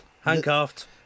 Handcuffed